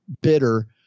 bitter